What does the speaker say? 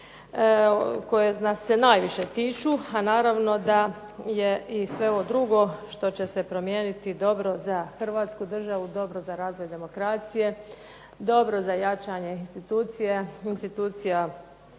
koje nas se najviše tiču, a naravno da je i sve ovo drugo što će se promijeniti dobro za Hrvatsku državu, dobro za razvoj demokracije, dobro za jačanje institucije, institucija